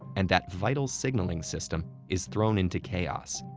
and that vital signaling system is thrown into chaos.